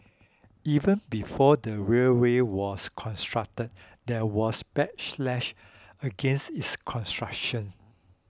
even before the railway was constructed there was backlash against its construction